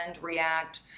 react